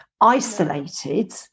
isolated